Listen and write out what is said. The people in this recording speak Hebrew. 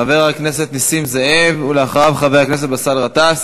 חבר הכנסת נסים זאב, ואחריו, חבר הכנסת באסל גטאס.